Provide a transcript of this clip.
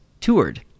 toured